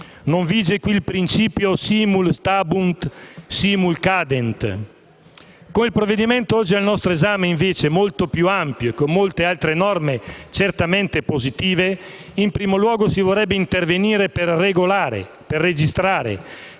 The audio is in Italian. Non vige in questo caso il principio del *simul stabunt, simul cadent*. Con il provvedimento oggi al nostro esame, invece, che è molto più ampio e con molte altre norme certamente positive, in primo luogo si vorrebbe intervenire per regolare, registrare